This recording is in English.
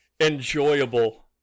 enjoyable